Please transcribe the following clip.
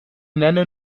nenne